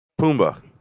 Pumbaa